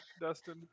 Dustin